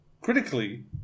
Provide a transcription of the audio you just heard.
critically